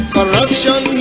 Corruption